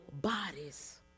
bodies